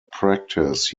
practice